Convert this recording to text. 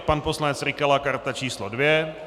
Pan poslanec Rykala karta číslo 2.